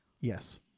Yes